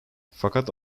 fakat